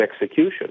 execution